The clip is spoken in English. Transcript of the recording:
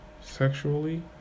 sexually